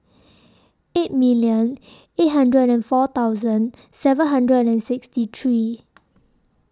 eight million eight hundred and four thousand seven hundred and sixty three